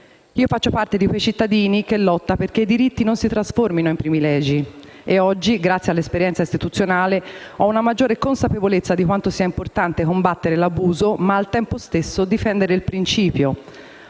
Io faccio parte di quei cittadini che lotta perché i diritti non si trasformino in privilegi e oggi, grazie all'esperienza istituzionale, ho una maggiore consapevolezza di quanto sia importante combattere l'abuso, ma, al tempo stesso, difendere il principio.